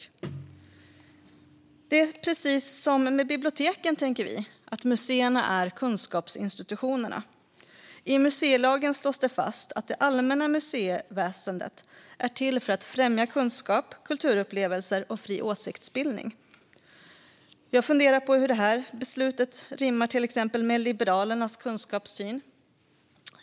Vi tänker att det är med museerna precis som med biblioteken, det vill säga att de är kunskapsinstitutioner. I museilagen slås det fast att det allmänna museiväsendet är till för att främja kunskap, kulturupplevelser och fri åsiktsbildning. Jag funderar på hur det här beslutet rimmar med till exempel Liberalernas kunskapssyn.